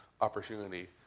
opportunity